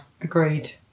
agreed